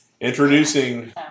Introducing